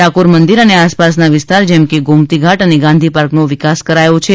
ડાકોર મંદિર અને આસપાસના વિસ્તાર જેમકે ગોમતી ઘાટ અને ગાંધી પાર્કનો વિકાસ કરાથી છે